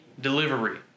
delivery